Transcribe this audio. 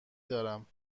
دارم